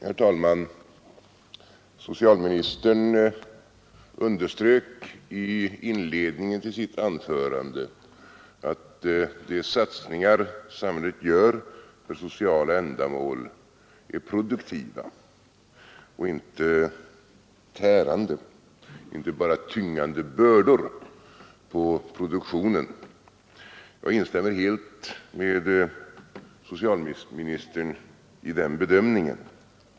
Herr talman! Herr socialministern underströk i inledningen till sitt anförande att de satsningar samhället gör för sociala ändamål är produktiva och inte tärande. De är inte bara tyngande bördor på produktionen. Jag instämmer helt med socialministern i den bedömningen.